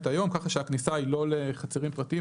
היום ככה שהכניסה היא לא לחצרות פרטיות,